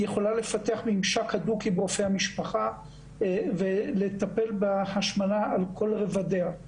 היא יכולה לפתח ממשק הדוק עם רופא המשפחה ולטפל בהשמנה על כל רבדיה.